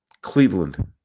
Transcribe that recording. Cleveland